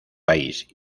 país